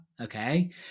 Okay